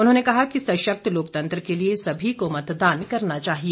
उन्होंने कहा कि सशक्त लोकतंत्र के लिए सभी को मतदान करना चाहिए